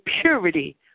purity